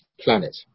planet